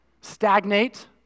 stagnate